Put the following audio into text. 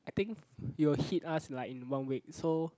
I think it will hit us in like one week so